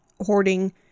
hoarding